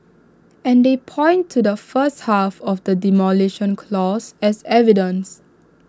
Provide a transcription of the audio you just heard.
and they point to the first half of the Demolition Clause as evidence